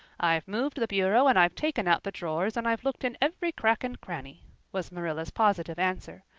i've moved the bureau and i've taken out the drawers and i've looked in every crack and cranny was marilla's positive answer.